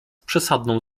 przesadną